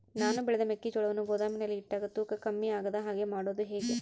ನಾನು ಬೆಳೆದ ಮೆಕ್ಕಿಜೋಳವನ್ನು ಗೋದಾಮಿನಲ್ಲಿ ಇಟ್ಟಾಗ ತೂಕ ಕಮ್ಮಿ ಆಗದ ಹಾಗೆ ಮಾಡೋದು ಹೇಗೆ?